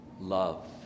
love